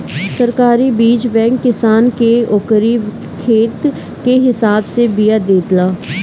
सरकारी बीज बैंक किसान के ओकरी खेत के हिसाब से बिया देला